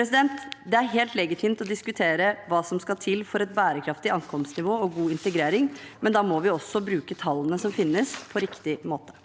Det er helt legitimt å diskutere hva som skal til for et bærekraftig ankomstnivå og god integrering, men da må vi også bruke tallene som finnes, på riktig måte.